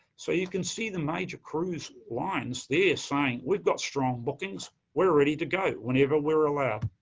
so you can see the major cruise lines, they're saying, we've got strong bookings, we're ready to go whenever we're ah yeah